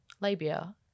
labia